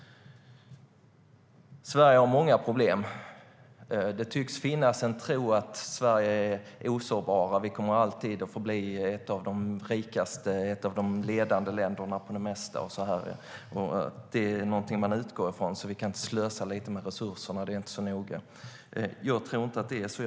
Sverige har många problem. Det tycks finnas en tro på att Sverige är osårbart och att vi alltid kommer att förbli ett av de rikaste och ledande länderna på det mesta. Det är något man utgår ifrån, så då kan vi slösa lite mer med resurserna. Det är inte så noga. Jag tror inte att det är så.